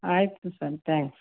ಆಯ್ತು sir thanks